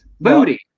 Booty